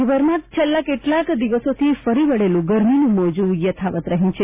રાજ્યભરમાં છેલ્લા કેટલાંક દિવસોથી ફરી વળેલું ગરમીનું મોજું યથાવત રહ્યું છે